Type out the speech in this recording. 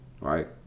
right